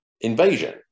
invasion